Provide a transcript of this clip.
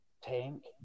tank